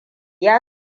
ya